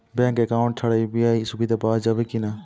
Bank account ছাড়া UPI সুবিধা পাওয়া যাবে কি না?